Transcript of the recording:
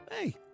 hey